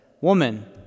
Woman